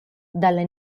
dalla